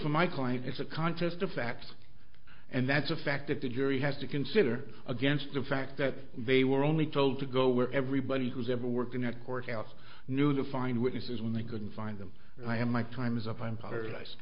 for my client it's a contest of facts and that's a fact that the jury has to consider against the fact that they were only told to go where everybody who's ever worked in a courthouse knew to find witnesses when they couldn't find them and i am my time is up i'm powerless